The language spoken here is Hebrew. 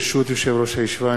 ברשות יושב-ראש הישיבה,